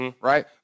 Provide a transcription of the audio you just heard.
Right